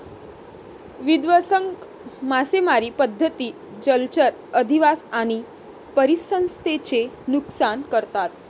विध्वंसक मासेमारी पद्धती जलचर अधिवास आणि परिसंस्थेचे नुकसान करतात